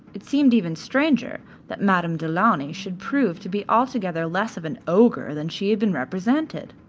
it seemed even stranger that madame du launy should prove to be altogether less of an ogre than she had been represented.